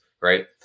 right